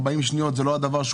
40 שניות זה לא מספיק.